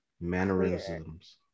mannerisms